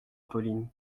pauline